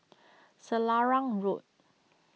Selarang Road